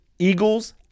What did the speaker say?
Eagles